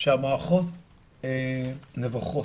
שהמערכות נבוכות,